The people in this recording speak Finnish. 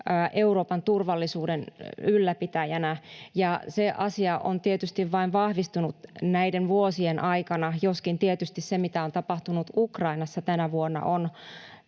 Euroopan turvallisuuden ylläpitäjänä, ja se asia on tietysti vain vahvistunut näiden vuosien aikana, joskin tietysti se, mitä on tapahtunut Ukrainassa tänä vuonna, on